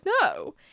no